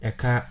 Eka